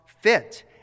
fit